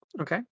Okay